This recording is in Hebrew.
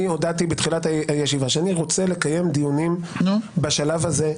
הודעתי בתחילת הישיבה שאני רוצה לקיים דיונים בשלב הזה,